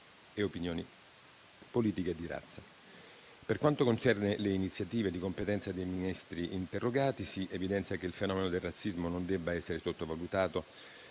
e opinioni politiche. Per quanto concerne le iniziative di competenza dei Ministri interrogati, si evidenzia che il fenomeno del razzismo non deve essere sottovalutato;